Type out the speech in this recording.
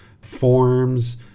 forms